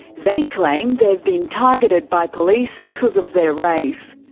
they claim they've been targeted by police because of their race.